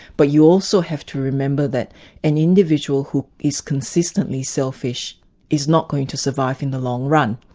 but you also have to remember that an individual who is consistently selfish is not going to survive in the long run.